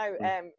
no